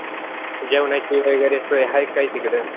जेवणाची वगैरे सोय आहे काय तिकडं